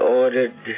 ordered